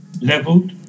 leveled